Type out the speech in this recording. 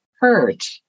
hurt